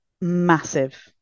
massive